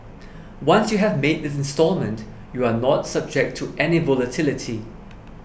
once you have made the instalment you are not subject to any volatility